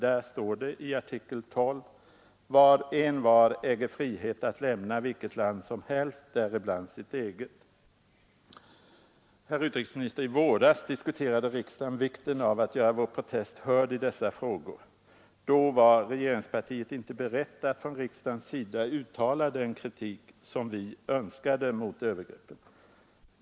Där står i artikel 12 att ”Envar äger frihet att lämna vilket land som helst, däribland sitt eget.” Herr utrikesminister! I våras diskuterade vi här i riksdagen vikten av att göra vår protest hörd i dessa frågor. Då var regeringspartiet inte berett att genom riksdagen uttala den kritik som vi önskade mot övergreppen.